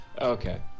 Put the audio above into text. Okay